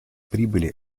прибыли